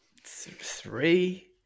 Three